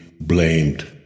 blamed